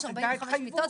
יש 45 מיטות.